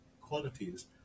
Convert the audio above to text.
qualities